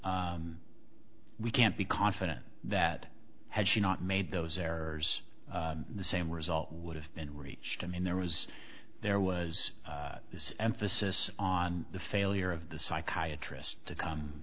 we can't be confident that had she not made those errors the same result would have been reached i mean there was there was this emphasis on the failure of the